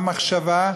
גם מחשבה,